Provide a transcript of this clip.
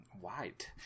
White